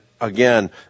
again